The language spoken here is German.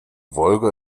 wolga